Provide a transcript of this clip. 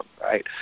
right